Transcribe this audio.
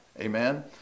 Amen